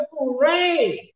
rain